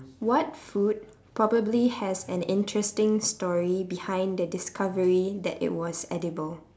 what food probably has an interesting story behind the discovery that it was edible